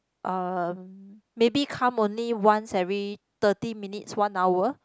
um maybe come only once every thirty minutes one hour